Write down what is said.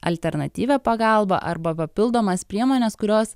alternatyvią pagalbą arba papildomas priemones kurios